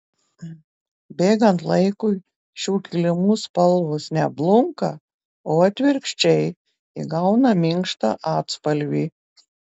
bėgant laikui šių kilimų spalvos ne blunka o atvirkščiai įgauna minkštą atspalvį